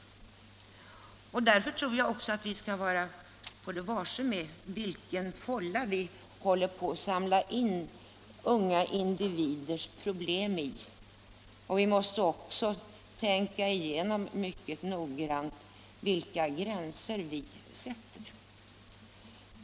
Mot denna bakgrund tror jag att vi skall vara varse vilken fålla vi håller på att samla in unga individers problem i. Vi måste också mycket noga tänka igenom vilka gränser vi sätter.